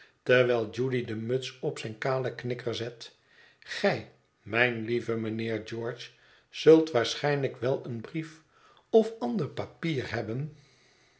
terwijl judy de muts op zijn kalen knikker zet gij mijn lieve mijnheer george zult waarschijnlijk wel een brief of ander papier hebben